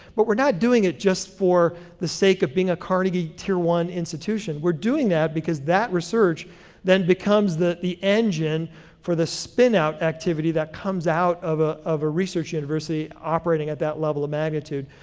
but we're not doing it just for the sake of being a carnegie tier one institution. we're doing that because that research then becomes the the engine for the spinout activity that comes out of ah a research university operating at that level of magnitude,